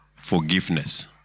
Forgiveness